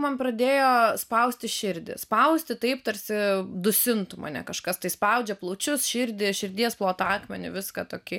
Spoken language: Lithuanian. man pradėjo spausti širdį spausti taip tarsi dusintų mane kažkas tai spaudžia plaučius širdį širdies plotą akmenį viską tokį